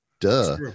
duh